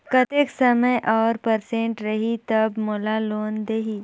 कतेक समय और परसेंट रही तब मोला लोन देही?